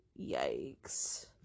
Yikes